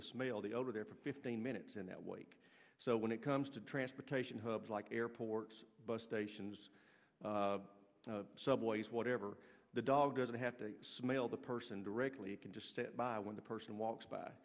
the smell the odor there for fifteen minutes in that wake so when it comes to transportation hubs like airports bus stations subways whatever the dog doesn't have to smell the person directly can just stand by when the person walks by